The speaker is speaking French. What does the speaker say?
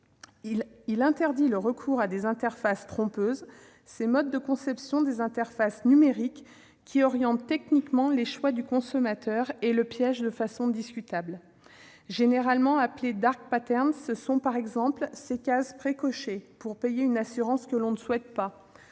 interdit le recours à des interfaces trompeuses, ces modes de conception des interfaces numériques qui orientent techniquement les choix du consommateur et le piègent de façon discutable. Généralement appelées, ce sont par exemple des cases pré-cochées relatives au paiement d'une assurance que l'on ne souhaite pas,